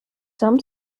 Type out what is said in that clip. some